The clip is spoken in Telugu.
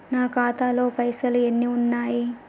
నా ఖాతాలో పైసలు ఎన్ని ఉన్నాయి?